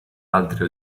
altri